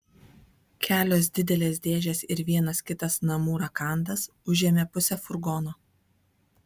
kelios didelės dėžės ir vienas kitas namų rakandas užėmė pusę furgono